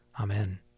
Amen